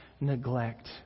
neglect